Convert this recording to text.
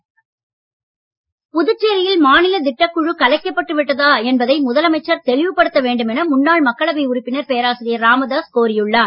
பேராசிரியர் ராமதாஸ் புதுச்சேரியில் மாநில திட்டக் குழு கலைக்கப்பட்டு விட்டதா என்பதை முதலமைச்சர் தெளிவுபடுத்த வேண்டும் என முன்னாள் மக்களவை உறுப்பினர் பேராசிரியர் ராமதாஸ் கோரி உள்ளார்